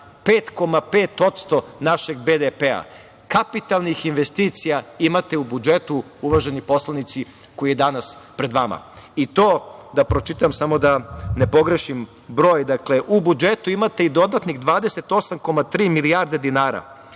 5,5% našeg BDP, kapitalnih investicija imate u budžetu, uvaženi poslanici, koji je danas pred vama. I to, da pročitam, samo da ne pogrešim broj, u budžetu imate i dodatnih 28,3 milijarde dinara